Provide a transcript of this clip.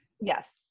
Yes